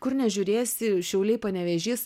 kur nežiūrėsi šiauliai panevėžys